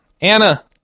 Anna